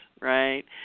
right